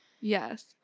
Yes